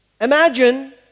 Imagine